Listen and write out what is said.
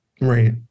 Right